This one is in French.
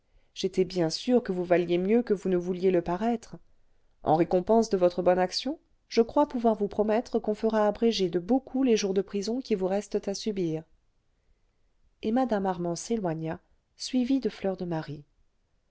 j'étais bien sûre que vous valiez mieux que vous ne vouliez le paraître en récompense de votre bonne action je crois pouvoir vous promettre qu'on fera abréger de beaucoup les jours de prison qui vous restent à subir et mme armand s'éloigna suivie de fleur de marie